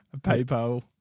PayPal